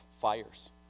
fires